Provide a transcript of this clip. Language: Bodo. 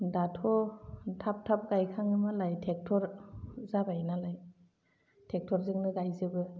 दाथ' थाब थाब गायखाङो मालाय टेक्टर जाबायनालाय टेक्टरजोंनो गायजोबो